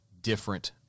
different